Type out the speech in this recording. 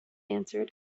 answered